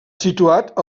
situat